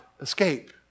escape